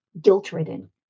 guilt-ridden